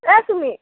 অ' Chumi